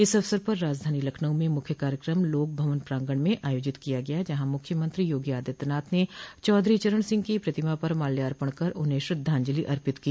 इस अवसर पर राजधानी लखनऊ म मुख्य कार्यक्रम लोक भवन प्रांगण में आयोजित किया गया जहां मुख्यमंत्री योगी आदित्यनाथ ने चौधरी चरण सिंह की प्रतिमा पर माल्यार्पण कर उन्हें श्रद्धाजंलि अर्पित की